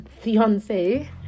fiance